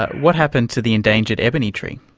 what happened to the endangered ebony tree?